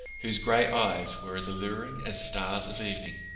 whose gray eyes were as alluring as stars of evening.